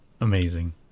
Amazing